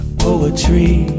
poetry